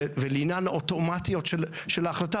ולעניין האוטומטיות של ההחלטה,